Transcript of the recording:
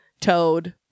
toad